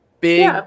big